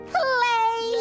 play